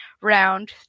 round